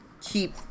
keep